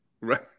Right